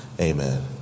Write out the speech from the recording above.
Amen